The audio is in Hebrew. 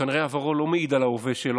שכנראה עברו לא מעיד על ההווה שלו,